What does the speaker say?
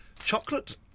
chocolate